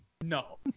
No